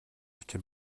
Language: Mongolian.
учир